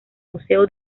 museo